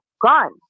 gone